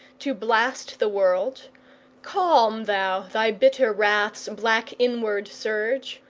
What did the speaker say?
to blast the world calm thou thy bitter wrath's black inward surge,